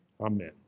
Amen